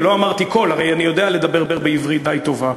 ולא אמרתי "כל" הרי אני יודע לדבר בעברית די טובה.